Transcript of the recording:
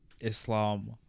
Islam